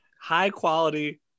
High-quality